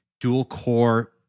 dual-core